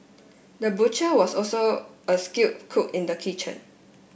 the butcher was also a skilled cook in the kitchen